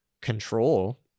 control